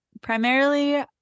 primarily